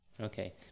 Okay